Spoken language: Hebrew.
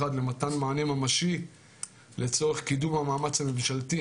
1. הצעת צו לייעול האכיפה והפיקוח העירוניים ברשויות המקומיות (הוראת